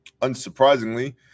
Unsurprisingly